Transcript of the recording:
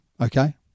okay